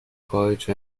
college